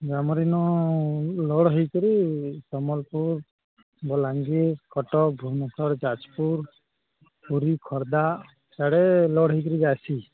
ଆମର ଏନା ଲୋଡ୍ ହୋଇକରି ସମ୍ବଲପୁର ବଲାଙ୍ଗୀର କଟକ ଭୁବନେଶ୍ୱର ଯାଜପୁର ପୁରୀ ଖୋର୍ଦ୍ଧା ଆଡ଼େ ଲୋଡ୍ ହୋଇକରିି ଆସିଛି